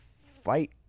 fight